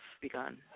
begun